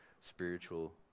spiritual